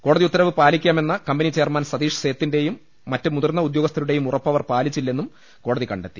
കോടതി ഉത്തരവ് പാലിക്കാ മെന്ന കമ്പനി ചെയർമാൻ സതീഷ് സേത്തിന്റെയും മറ്റ് മുതിർന്ന ഉദ്യോഗസ്ഥരുടെയും ഉറപ്പ് അവർ പാലിച്ചില്ലെന്നും കോടതി കണ്ടെ ത്തി